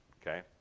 Okay